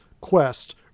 quest